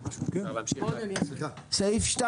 אפשר להמשיך להקריא.